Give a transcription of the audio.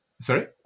Sorry